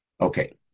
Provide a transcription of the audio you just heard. Okay